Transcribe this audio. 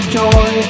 joy